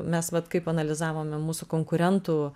mes vat kaip analizavome mūsų konkurentų